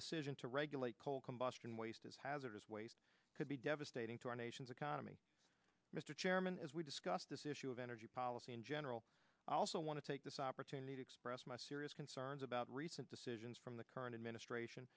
decision to regulate coal combustion waste is hazardous waste could be devastating to our nation's economy mr chairman as we discussed this issue of energy policy in general i also want to take this opportunity to express my serious concerns about recent decisions from the current administration